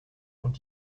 und